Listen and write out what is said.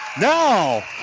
Now